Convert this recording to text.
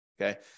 Okay